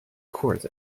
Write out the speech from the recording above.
court